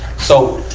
so,